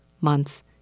months